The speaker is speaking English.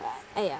哎呀